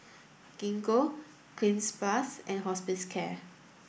Gingko Cleanz plus and Hospicare